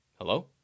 Hello